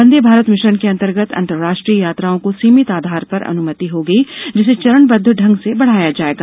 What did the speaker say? वंदे Bharat mission के अंतर्गत अंतरराष्ट्रीय यात्राओं को सीमित आधार पर अनुमति होगी जिसे चरणबद्व ढंग से बढाया जाएगा